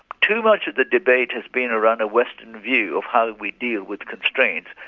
too much of the debate has been around a western view of how we deal with constraint,